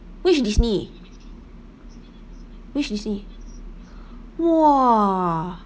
which disney which disney !whoa!